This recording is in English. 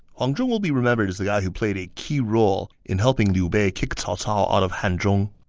huang zhong will be remembered as the guy who played a key role in helping liu bei kick cao cao out of hanzhong